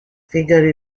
figure